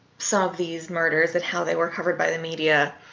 some of these murders and how they were covered by the media,